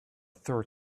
third